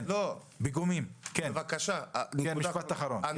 תאמר משפט אחרון.